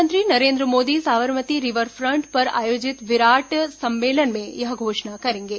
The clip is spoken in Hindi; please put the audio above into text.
प्रधानमंत्री नरेन्द्र मोदी साबरमती रिवर फ्रंट पर आयोजित विराट सम्मेलन में यह घोषणा करेंगे